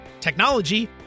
technology